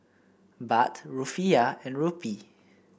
Baht Rufiyaa and Rupee